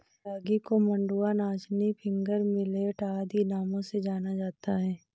रागी को मंडुआ नाचनी फिंगर मिलेट आदि नामों से जाना जाता है